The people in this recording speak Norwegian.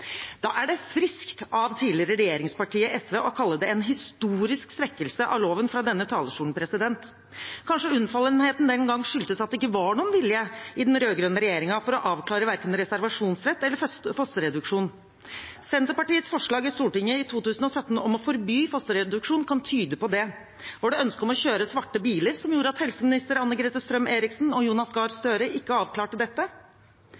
Da er det friskt av det tidligere regjeringspartiet SV fra denne talerstolen å kalle det en historisk svekkelse av loven. Kanskje unnfallenheten den gang skyldtes at det ikke var noen vilje i den rød-grønne regjeringen til å avklare verken reservasjonsrett eller fosterreduksjon. Senterpartiets forslag – sammen med Kristelig Folkeparti – i Stortinget i 2017 om å forby fosterreduksjon kan tyde på det. Var det ønsket om å kjøre svarte biler som gjorde at de tidligere helseministrene Anne-Grete Strøm-Erichsen og Jonas Gahr Støre ikke avklarte dette?